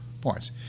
parts